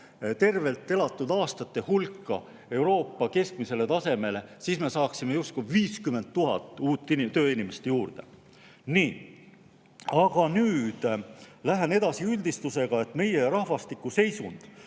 tervelt elatud aastate arvu Euroopa keskmisele tasemele, siis me saaksime justkui 50 000 uut tööinimest juurde. Nii, aga nüüd lähen edasi üldistusega, et meie rahvastiku seisund,